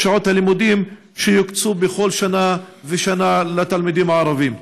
שעות הלימודים שיוקצו בכל שנה ושנה לתלמידים הערבים?